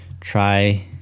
try